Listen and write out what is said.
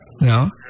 No